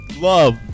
Love